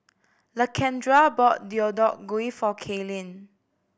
Lakendra bought Deodeok Gui for Cailyn